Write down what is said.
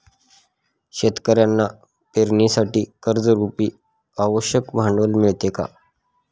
शेतकऱ्यांना पेरणीसाठी कर्जरुपी आवश्यक भांडवल मिळते का?